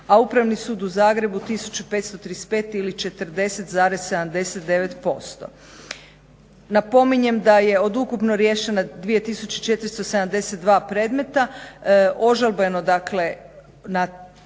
a Upravni sud u Zagrebu 1535 ili 40,79%. Napominjem da je od ukupno riješene 2472 predmeta ožalbeno dakle